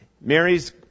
Mary's